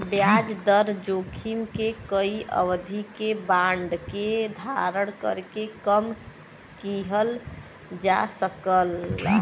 ब्याज दर जोखिम के कई अवधि के बांड के धारण करके कम किहल जा सकला